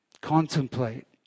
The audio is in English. contemplate